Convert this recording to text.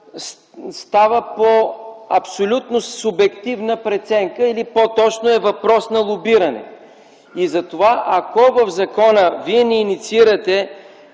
става по абсолютно субективна преценка или по-точно е въпрос на лобиране. Затова, ако в закона вие не инициирате